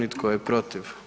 I tko je protiv?